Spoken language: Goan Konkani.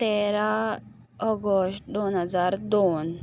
तेरा ऑगस्ट दोन हजार दोन